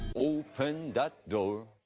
open that door